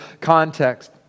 context